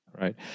right